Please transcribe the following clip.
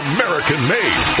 American-made